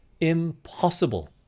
impossible